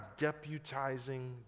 deputizing